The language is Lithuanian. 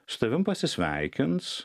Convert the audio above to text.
su tavim pasisveikins